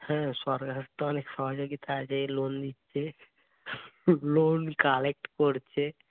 হ্যাঁ সরকার তো অনেক সহযোগিতা আছেই লোন দিচ্ছে লোন কালেক্ট করছে